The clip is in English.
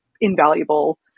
invaluable